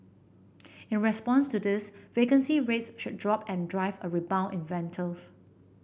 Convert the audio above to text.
in response to this vacancy rates should drop and drive a rebound in rentals